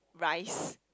rice